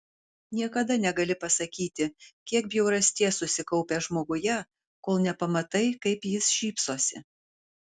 niekada negali pasakyti kiek bjaurasties susikaupę žmoguje kol nepamatai kaip jis šypsosi